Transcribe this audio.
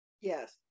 Yes